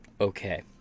Okay